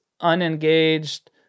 unengaged